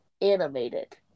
Animated